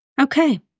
Okay